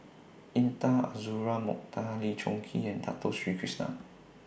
Intan Azura Mokhtar Lee Choon Kee and Dato Sri Krishna